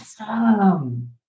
awesome